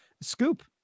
scoop